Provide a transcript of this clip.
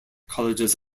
colleges